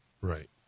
Right